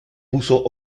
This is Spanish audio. puso